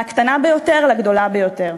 מהקטנה ביותר לגדולה ביותר.